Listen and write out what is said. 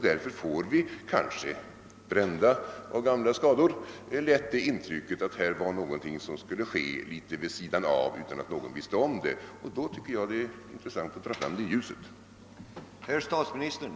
Därför får vi — kanske brända av elden — lätt det intrycket att den skulle bedrivas utan att någon visste om den. Fördenskull tycker jag det är intressant att dra fram den i ljuset.